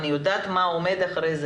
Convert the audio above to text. אני יודעת מה עומד מאחוריה,